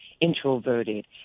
introverted